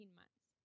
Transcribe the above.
months